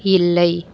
இல்லை